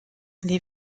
les